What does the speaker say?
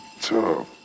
tough